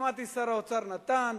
שמעתי, שר האוצר נתן,